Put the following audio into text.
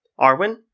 Arwin